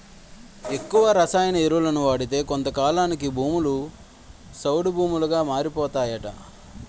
ఎక్కువ రసాయన ఎరువులను వాడితే కొంతకాలానికి భూములు సౌడు భూములుగా మారిపోతాయట